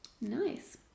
Nice